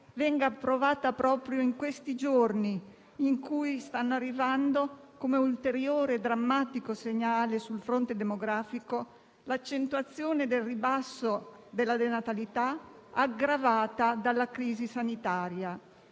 venga approvata proprio in questi giorni in cui sta arrivando l'ulteriore drammatico segnale sul fronte demografico dell'accentuazione del ribasso della natalità aggravata dalla crisi sanitaria.